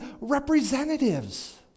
representatives